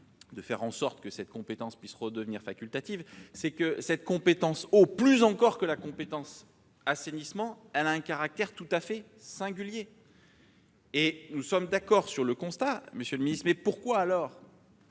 de faire en sorte que la compétence eau redevienne facultative, c'est que, plus encore que la compétence assainissement, elle a un caractère tout à fait singulier. Nous sommes d'accord sur le constat, monsieur le ministre. Dès lors,